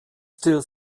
still